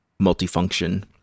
multifunction